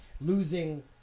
losing